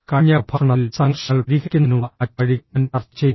കഴിഞ്ഞ പ്രഭാഷണത്തിൽ സംഘർഷങ്ങൾ പരിഹരിക്കുന്നതിനുള്ള മറ്റ് വഴികൾ ഞാൻ ചർച്ച ചെയ്തു